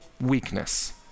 weakness